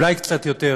אולי קצת יותר.